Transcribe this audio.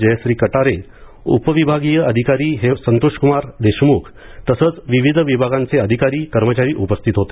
जयश्री कटारे उपविभागीय अधिकारी संतोषक्मार देशमुख तसंच विविध विभागांचे अधिकारी कर्मचारी उपस्थित होते